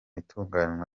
itunganywa